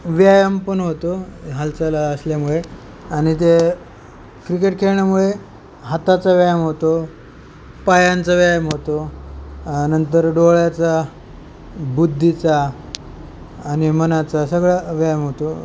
व्यायाम पण होतो हालचाल असल्यामुळे आणि ते क्रिकेट खेळण्यामुळे हाताचा व्यायाम होतो पायांचा व्यायाम होतो नंतर डोळ्याचा बुद्धीचा आणि मनाचा सगळा व्यायाम होतो